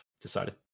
decided